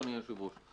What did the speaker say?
אדוני היושב ראש,